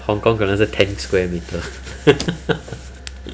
hong-kong 可能是 ten square meters